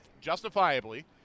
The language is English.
justifiably